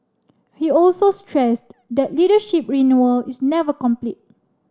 he also stressed that leadership renewal is never complete